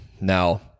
Now